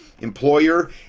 employer